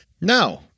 no